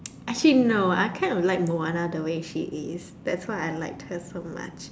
actually no I kind of like Moana the way she is that's why I like her so much